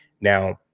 Now